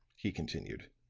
he continued,